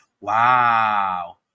Wow